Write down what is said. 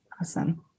Awesome